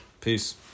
Peace